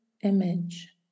image